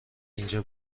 اینجا